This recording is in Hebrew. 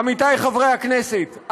עמיתיי חברי הכנסת,